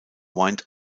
wind